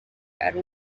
ari